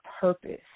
purpose